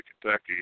Kentucky